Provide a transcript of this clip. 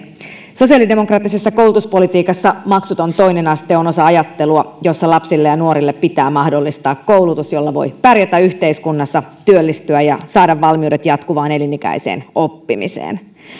sosiaalidemokraattisessa koulutuspolitiikassa maksuton toinen aste on osa ajattelua jossa lapsille ja nuorille pitää mahdollistaa koulutus jolla voi pärjätä yhteiskunnassa työllistyä ja saada valmiudet jatkuvaan elinikäiseen oppimiseen